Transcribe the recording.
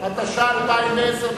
התש"ע 2010,